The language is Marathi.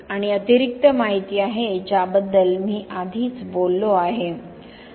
आणि अतिरिक्त माहिती आहे ज्याबद्दल मी आधीच बोललो आहे